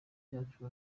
yacu